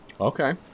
Okay